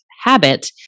habit